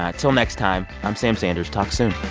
ah till next time. i'm sam sanders. talk soon